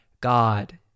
God